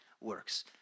works